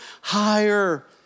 higher